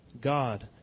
God